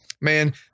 Man